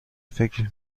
فکر